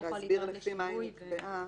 להסביר לפי מה היא נקבעה.